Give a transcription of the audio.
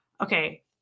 Okay